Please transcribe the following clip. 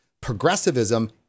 Progressivism